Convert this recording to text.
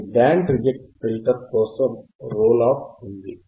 మీ band reject filter కోసం roll off ఉంది